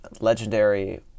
legendary